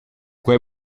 quei